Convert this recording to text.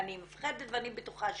אני מפחדת ואני בטוחה שכולם.